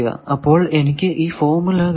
അപ്പോൾ എനിക്ക് ഈ ഫോർമുല കിട്ടും